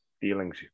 feelings